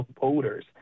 voters